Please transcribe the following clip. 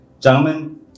Gentlemen